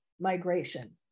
migration